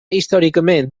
històricament